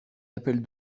appels